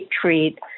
treat